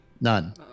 None